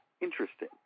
interesting